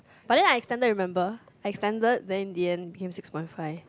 but then I extended remember I extended then at the end became six point five